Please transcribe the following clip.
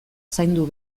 zaindu